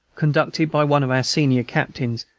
conducted by one of our senior captains,